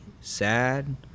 sad